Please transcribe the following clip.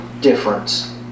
difference